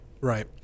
Right